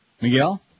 Miguel